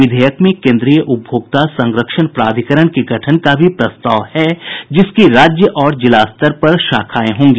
विधेयक में केन्द्रीय उपभोक्ता संरक्षण प्राधिकरण के गठन का भी प्रस्ताव है जिसकी राज्य और जिला स्तर पर शाखाएं होंगी